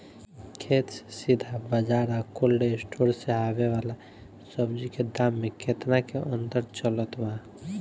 खेत से सीधा बाज़ार आ कोल्ड स्टोर से आवे वाला सब्जी के दाम में केतना के अंतर चलत बा?